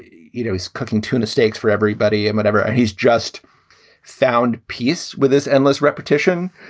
you know, he's cooking tuna steaks for everybody and whatever. he's just found peace with his endless repetition,